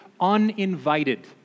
uninvited